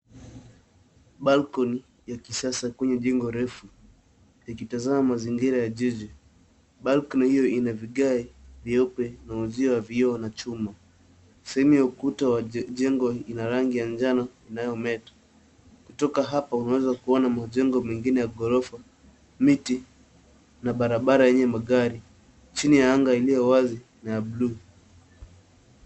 Balkoni ya kisasa kwenye jengo refu, ikitazama mazingira ya jiji. Balkoni hiyo ina vigae vyeupe na uzio wa vioo na chuma. Sehemu ya ukuta wa jengo ina rangi ya njano inayometa. Kutoka hapa unaweza kuona majengo mengine ya ghorofa, miti, na barabara yenye magari, chini ya anga iliyo wazi na ya blue .